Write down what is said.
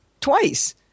twice